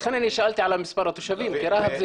לכן שאלתי על מספר התושבים כי ברהט יש